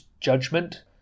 judgment